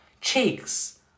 Cheeks